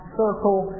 circle